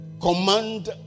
Command